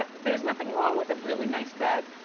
but there's nothing wrong with a really nice bag.